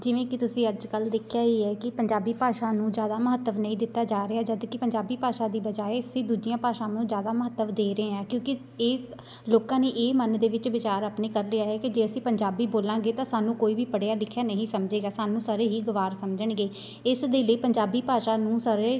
ਜਿਵੇਂ ਕਿ ਤੁਸੀਂ ਅੱਜ ਕੱਲ੍ਹ ਦੇਖਿਆ ਹੀ ਹੈ ਕਿ ਪੰਜਾਬੀ ਭਾਸ਼ਾ ਨੂੰ ਜ਼ਿਆਦਾ ਮਹੱਤਵ ਨਹੀਂ ਦਿੱਤਾ ਜਾ ਰਿਹਾ ਜਦੋਂ ਕਿ ਪੰਜਾਬੀ ਭਾਸ਼ਾ ਦੀ ਬਜਾਇ ਅਸੀਂ ਦੂਜੀਆਂ ਭਾਸ਼ਾਵਾਂ ਨੂੰ ਜ਼ਿਆਦਾ ਮਹੱਤਵ ਦੇ ਰਹੇ ਹੈ ਕਿਉਂਕਿ ਇਹ ਲੋਕਾਂ ਨੇ ਇਹ ਮਨ ਦੇ ਵਿੱਚ ਵਿਚਾਰ ਆਪਣੇ ਕਰ ਲਿਆ ਹੈ ਕਿ ਜੇ ਅਸੀਂ ਪੰਜਾਬੀ ਬੋਲਾਂਗੇ ਤਾਂ ਸਾਨੂੰ ਕੋਈ ਵੀ ਪੜ੍ਹਿਆ ਲਿਖਿਆ ਨਹੀਂ ਸਮਝੇਗਾ ਸਾਨੂੰ ਸਾਰੇ ਹੀ ਗਵਾਰ ਸਮਝਣਗੇ ਇਸ ਦੇ ਲਈ ਪੰਜਾਬੀ ਭਾਸ਼ਾ ਨੂੰ ਸਾਰੇ